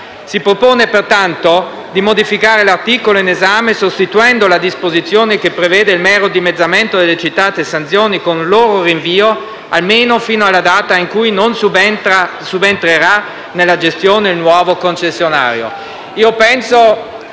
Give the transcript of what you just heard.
Si propone pertanto di modificare l'articolo in esame sostituendo la disposizione che prevede il mero dimezzamento delle citate sanzioni con il loro rinvio, almeno fino alla data in cui non subentrerà nella gestione il nuovo concessionario.